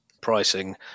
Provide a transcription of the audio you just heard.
pricing